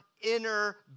inner